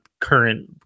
current